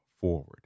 forward